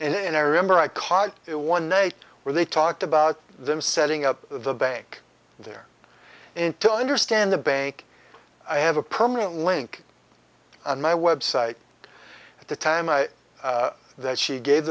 americans and i remember i caught it one night where they talked about them setting up the bank there and to understand the bank i have a permanent link on my website at the time that she gave